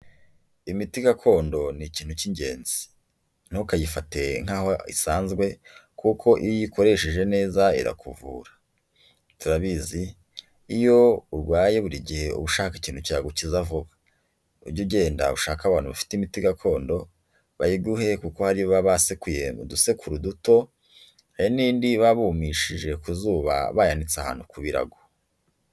Imiti gakondo ni ikintu cy'ingenzi, ntukayifate nkaho isanzwe kuko iyo uyikoresheje neza irakuvura, turabizi iyo urwaye buri gihe uba ushaka ikintu cyagukiza vuba, ujye ugenda ushake abantu bafite imiti gakondo, bayiguhe kuko hari iyo baba basekuye mu dusekuru duto, hari n'indi baba bumishije ku zuba, bayanitse ahantu ku birago.